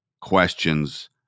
questions